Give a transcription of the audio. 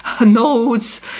notes